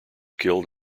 killed